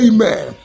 Amen